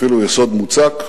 אפילו יסוד מוצק,